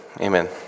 amen